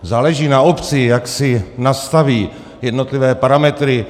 Záleží na obci, jak si nastaví jednotlivé parametry.